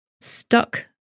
stuck